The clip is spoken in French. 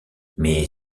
mais